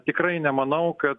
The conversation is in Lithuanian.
tikrai nemanau kad